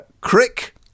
Crick